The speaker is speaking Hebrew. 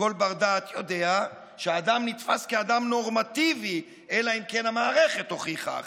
כל בר-דעת יודע שאדם נתפס כאדם נורמטיבי אלא אם כן המערכת הוכיחה אחרת.